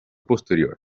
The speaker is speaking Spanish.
posterior